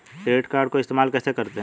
Credit card को इस्तेमाल कैसे करते हैं?